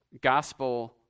gospel